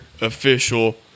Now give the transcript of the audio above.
Official